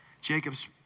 Jacob's